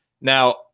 Now